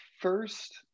first